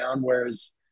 whereas